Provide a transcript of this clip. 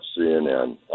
CNN